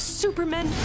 supermen